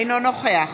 אינו נוכח